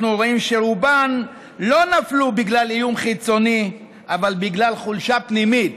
אנחנו רואים שרובן לא נפלו בגלל איום חיצוני אלא בגלל חולשה פנימית,